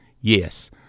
Yes